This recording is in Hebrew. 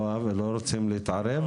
לא רוצים להתערב?